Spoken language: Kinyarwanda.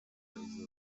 yabonye